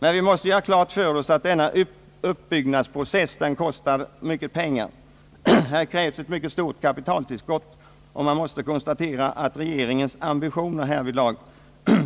Men vi måste göra klart för oss att denna uppbyggnadsprocess kostar mycket pengar. Här krävs ett mycket stort kapitaltillskott, och man måste konstatera, att regeringens ambitioner härvidlag